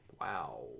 wow